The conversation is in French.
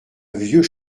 vieux